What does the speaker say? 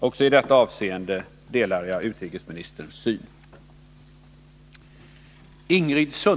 Också i detta avseende delar jag utrikesministerns syn.